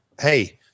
Hey